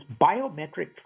biometric